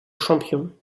champion